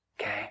Okay